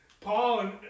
Paul